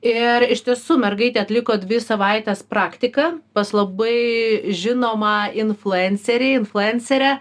ir iš tiesų mergaitė atliko dvi savaites praktiką pas labai žinomą influencerį influencerę